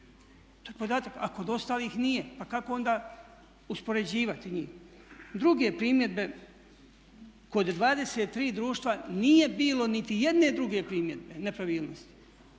To je podatak, a kod ostalih nije. Pa kako onda uspoređivati njih? Druge primjedbe kod 23 društva nije bilo niti jedne druge primjedbe nepravilnosti,